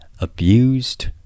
abused